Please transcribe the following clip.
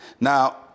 Now